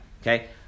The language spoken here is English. Okay